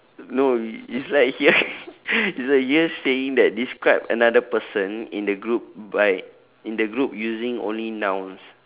no i~ it's like you're is like you're saying that describe another person in the group by in the group using only nouns